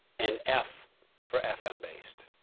and f for fm-based.